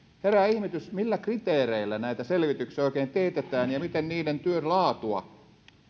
herää ihmetys millä kriteereillä näitä selvityksiä oikein teetetään ja miten niiden työn laatua